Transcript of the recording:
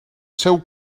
seu